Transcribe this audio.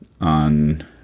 on